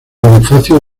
bonifacio